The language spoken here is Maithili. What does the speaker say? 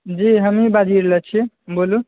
जी हमही बाजि रहल छी बोलू